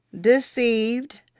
Deceived